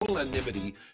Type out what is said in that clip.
Anonymity